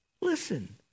Listen